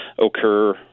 occur